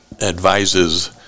advises